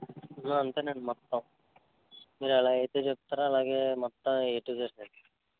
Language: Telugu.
అంతేనండి మొత్తం మీరు ఎలా అయితే చెప్తారో అలాగే మొత్తం ఏ టూ జెడ్ అండి